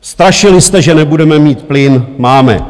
Strašili jste, že nebudeme mít plyn máme.